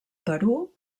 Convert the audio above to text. perú